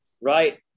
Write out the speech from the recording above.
Right